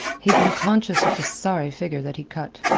he grew conscious of the sorry figure that he cut.